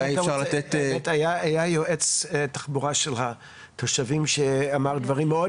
היה יועץ תחבורה של התושבים שאמר דברים מאוד